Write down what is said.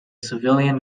civilian